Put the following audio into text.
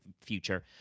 future